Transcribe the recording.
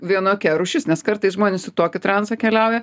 vienokia rūšis nes kartais žmonės į tokį transą keliauja